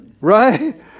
Right